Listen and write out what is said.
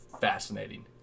fascinating